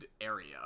area